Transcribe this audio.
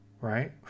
right